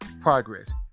progress